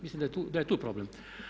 Mislim da je tu problem.